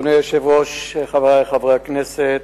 אדוני היושב-ראש, חברי חברי הכנסת,